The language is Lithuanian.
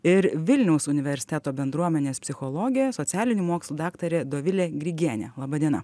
ir vilniaus universiteto bendruomenės psichologė socialinių mokslų daktarė dovilė grigienė laba diena